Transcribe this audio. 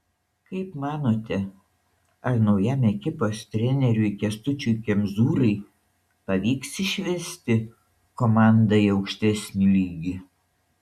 kaip manote ar naujam ekipos treneriui kęstučiui kemzūrai pavyks išvesti komandą į aukštesnį lygį